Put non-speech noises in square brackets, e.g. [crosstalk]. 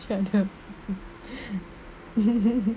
[laughs]